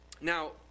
Now